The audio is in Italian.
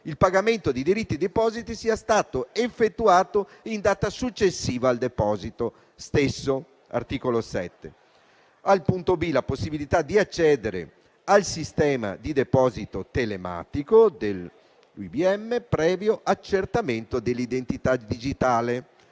il pagamento dei diritti di deposito sia stato effettuato in data successiva al deposito stesso (articolo 7); la possibilità di accedere al sistema di deposito telematico dell'UIBM previo accertamento dell'identità digitale